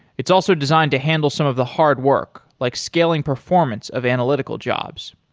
it's also designed to handle some of the hard work, like scaling performance of analytical jobs.